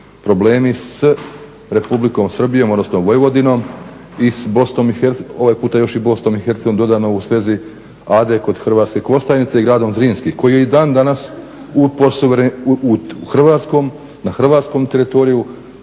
problemi s Republikom Srbijom odnosno Vojvodinom i s, ovaj puta još i Bosnom i Hercegovinom dodano u svezi Ade kod Hrvatske Kostajnice i gradom Zrinski koji je i dan danas na hrvatskom teritoriju,